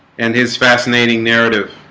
and his fascinating narrative